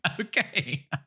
Okay